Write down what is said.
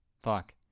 Fuck